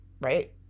right